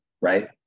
right